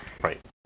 Right